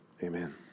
Amen